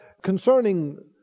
concerning